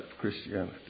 Christianity